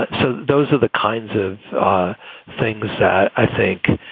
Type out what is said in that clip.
so those are the kinds of things that i think,